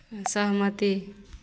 असहमति